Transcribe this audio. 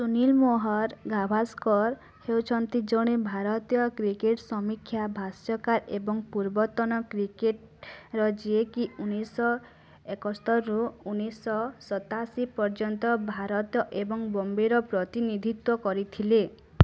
ସୁନୀଲ୍ ମୋହର୍ ଗାଭାସ୍କର୍ ହେଉଛନ୍ତି ଜଣେ ଭାରତୀୟ କ୍ରିକେଟ୍ ସମୀକ୍ଷା ଭାଷ୍ୟକାର ଏବଂ ପୂର୍ବତନ କ୍ରିକେଟର୍ ଯିଏକି ଉଣେଇଶହ ଏକସ୍ତରିରୁ ଉଣେଇଶହ ସତାଅଶୀ ପର୍ଯ୍ୟନ୍ତ ଭାରତ ଏବଂ ବମ୍ବେର ପ୍ରତିନିଧିତ୍ୱ କରିଥିଲେ